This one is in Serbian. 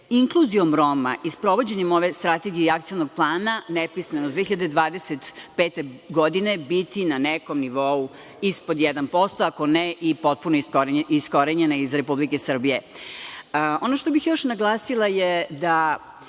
inkluzijom Roma i sprovođenjem ove strategije i Akcionog plana nepismenost 2025. godine biti na nekom nivou ispod 1%, ako ne i potpuno iskorenjena iz Republike Srbije. Ono što bih još naglasila je da